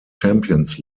champions